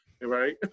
Right